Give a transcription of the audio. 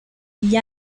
gli